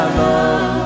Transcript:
love